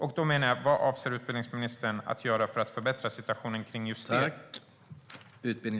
Vad avser utbildningsministern att göra för att förbättra situationen?